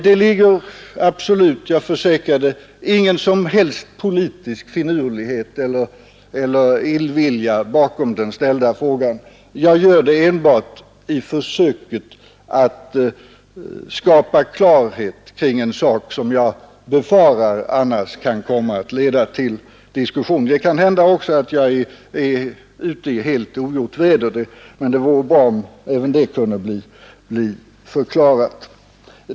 Det ligger absolut inte, jag försäkrar det, någon som helst politisk finurlighet eller illvilja bakom den frågan; jag ställer den enbart i ett försök att skapa klarhet kring en sak som jag befarar annars kan leda till diskussion. Jag kanske också är ute i ogjort väder, men det vore bra om även det kunde bli klarlagt.